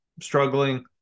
struggling